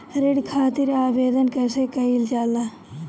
ऋण खातिर आवेदन कैसे कयील जाला?